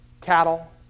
Cattle